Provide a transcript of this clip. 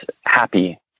happy